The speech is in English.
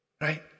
Right